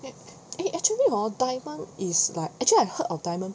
eh eh actually hor Diamond is like actually I heard of Diamond